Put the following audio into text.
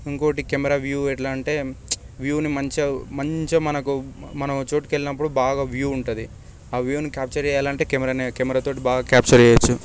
ఇంకొకటి camera view ఎట్లా అంటే వ్యూని మంచిగా మంచిగా మనకు మనం ఒక చోటికి వెళ్ళినప్పుడు బాగా వ్యూ ఉంటుంది ఆ వ్యూని క్యాప్చర్ చేయాలంటే కెమెరా తోటి బాగా క్యాప్చర్ చేయొచ్చు